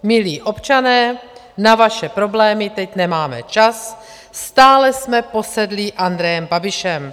Milí občané, na vaše problémy teď nemáme čas, stále jsme posedlí Andrejem Babišem.